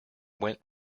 went